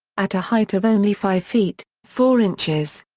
at a height of only five feet, four inches,